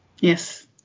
yes